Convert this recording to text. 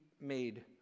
made